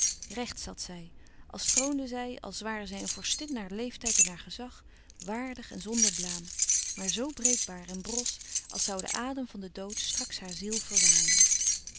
recht zat zij als troonde zij als ware zij een vorstin naar leeftijd en naar gezag waardig en zonder blaam maar zo breekbaar en bros als zoû de adem van den dood straks haar ziel verwaaien